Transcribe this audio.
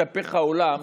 יתהפך העולם,